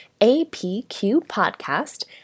apqpodcast